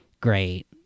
great